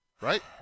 Right